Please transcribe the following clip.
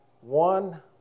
one